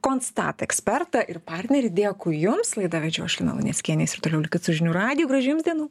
constat ekspertą ir partnerį dėkui jums laidą vedžiau aš lina luneckienė jūs ir toliau likit su žinių radiju gražių jums dienų